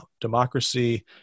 democracy